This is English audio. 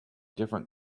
different